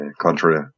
contrary